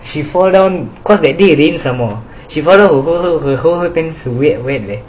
she fall down cause they didn't and some more she fall down in severe way